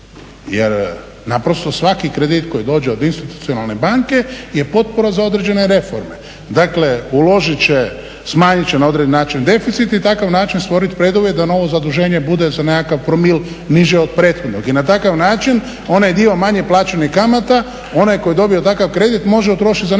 Jer naprosto svaki kredit koji dođe od institucionalne banke je potpora za određene reforme. Dakle, smanjit će na određeni način deficit i na takav način stvoriti preduvjet da novo zaduženje bude za nekakav promil niže od prethodnog. I na takav način onaj dio manje plaćenih kamata onaj tko je dobio takav kredit može utrošiti za nešto